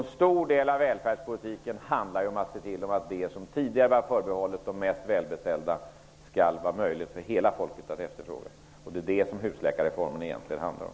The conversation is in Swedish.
En stor del av välfärdspolitiken handlar om att se till att det som tidigare var förbehållet de mest välbeställda skall vara möjligt för hela folket att efterfråga. Det är detta som husläkarreformen egentligen handlar om.